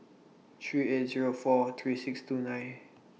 three eight Zero four three six two nine